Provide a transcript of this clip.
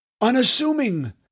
unassuming